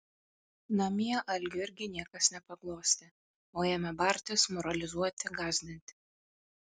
namie algio irgi niekas nepaglostė o ėmė bartis moralizuoti gąsdinti